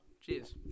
Cheers